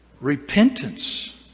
Repentance